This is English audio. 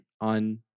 on